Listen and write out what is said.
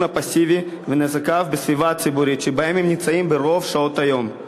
הפסיבי ונזקיו בסביבה הציבורית שבה הם נמצאים ברוב שעות היום.